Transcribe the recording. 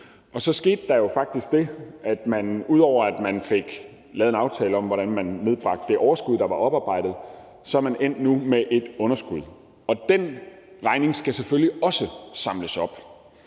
og så skete der jo faktisk det, at man, ud over at man fik lavet en aftale om, hvordan man nedbragte det overskud, der var oparbejdet, nu er endt med et underskud. Og den regning skal selvfølgelig også samles op.